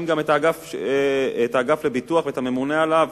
גם את האגף לביטוח ואת הממונה עליו